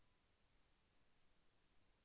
Private bank వాళ్ళు బంగారం loan ఇస్తారా?